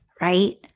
right